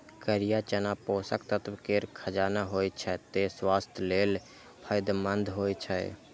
करिया चना पोषक तत्व केर खजाना होइ छै, तें स्वास्थ्य लेल फायदेमंद होइ छै